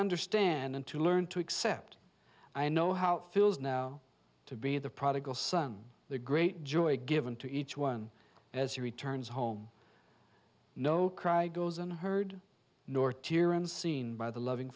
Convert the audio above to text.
understand and to learn to accept i know how it feels now to be the prodigal son the great joy given to each one as he returns home no cry goes unheard nor tearin seen by the loving